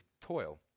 toil